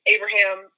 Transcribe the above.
Abraham